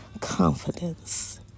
confidence